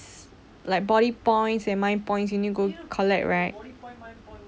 it's like body points and mind points you need go collect right